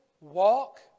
walk